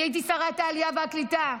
אני הייתי שרת העלייה והקליטה.